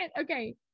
Okay